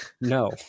No